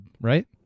right